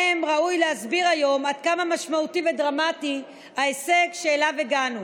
ראוי להסביר להם היום עד כמה משמעותי ודרמטי ההישג שאליו הגענו.